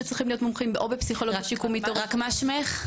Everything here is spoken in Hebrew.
שצריכים להיות מומחים או בפסיכולוגיה שיקומית או ב --- רק מה שמך?